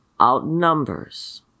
outnumbers